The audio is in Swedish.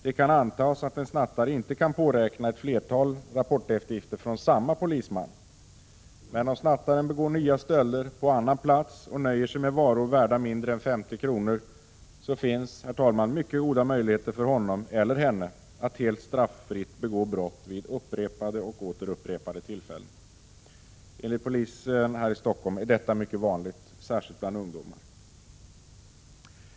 Det kan antas att en snattare inte kan påräkna ett flertal rapporteftergifter från samma polisman. Men om snattaren begår nya stölder på annan plats och nöjer sig med varor värda mindre än 50 kr. så finns det, herr talman, goda möjligheter för honom att helt straffritt begå brott vid upprepade och åter upprepade tillfällen. Enligt polisen här i Stockholm är detta mycket vanligt, särskilt bland ungdomar.